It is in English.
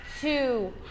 two